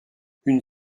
une